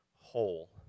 whole